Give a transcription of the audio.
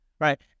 right